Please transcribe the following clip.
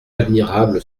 admirable